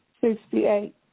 Sixty-eight